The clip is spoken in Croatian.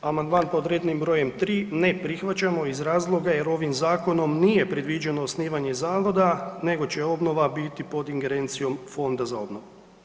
Amandman pod rednim br. 3 ne prihvaćamo iz razloga jer ovim zakonom nije predviđeno osnivanje zavoda nego će obnova biti pod ingerencijom Fonda za obnovu.